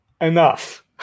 Enough